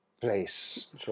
Place